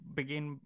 begin